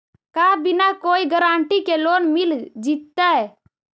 का बिना कोई गारंटी के लोन मिल जीईतै?